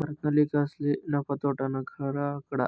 भारतना लेखकसले नफा, तोटाना खरा आकडा